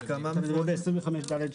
זה יכול להיות נייר או מקוון.